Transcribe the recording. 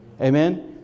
Amen